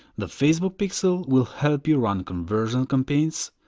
the facebook pixel will help you run conversion campaigns,